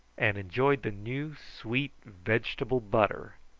and enjoyed the new sweet vegetable butter,